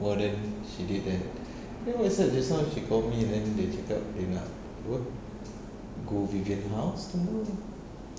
more than she did that then what's that just now she called me then dia cakap dia nak apa go vivian house tomorrow